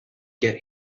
get